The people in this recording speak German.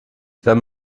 wenn